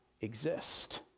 exist